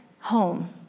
home